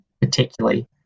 particularly